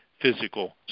physical